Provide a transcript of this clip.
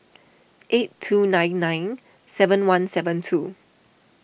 eight two nine nine seven one seven two